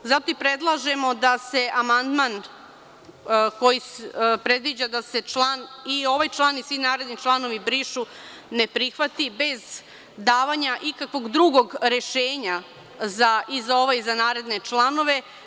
Zato i predlažemo da se amandman, koji predviđa da se ovaj član i svi naredni članovi brišu, ne prihvati bez davanja ikakvog drugog rešenja i za ovaj i za naredne članove.